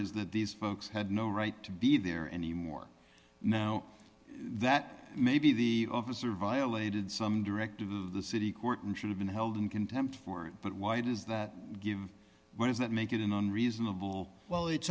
is that these folks had no right to be there anymore now that maybe the officer violated some directive of the city court and should have been held in contempt for it but why does that give why does that make it an unreasonable while it's